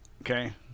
Okay